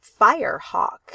Firehawk